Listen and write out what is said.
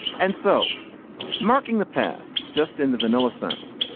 and so marking the past just in the vanilla essence,